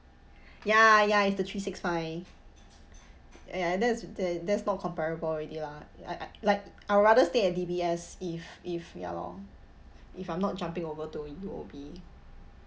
ya ya is the three six five ya that's that that's not comparable already lah I I like I'd rather stay at D_B_S if if ya lor if I'm not jumping over to U_O_B